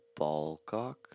ballcock